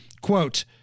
quote